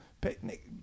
picnic